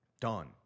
done